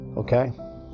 Okay